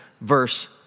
verse